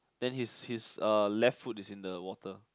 then his his uh left foot is in the water